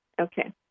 okay